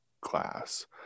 class